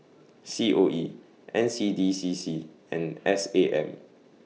C O E N C D C C and S A M